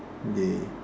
!yay!